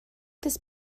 this